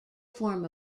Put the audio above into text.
form